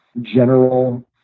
general